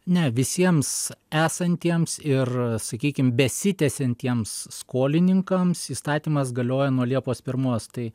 ne visiems esantiems ir sakykim besitęsiantiems skolininkams įstatymas galioja nuo liepos pirmos tai